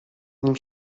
nim